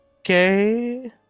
Okay